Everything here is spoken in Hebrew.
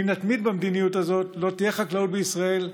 אם נתמיד במדיניות הזאת, לא תהיה חקלאות בישראל.